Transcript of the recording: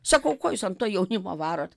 sakau ko jūs ant to jaunimo varot